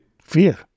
fear